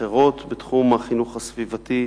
אחרות בתחום החינוך הסביבתי.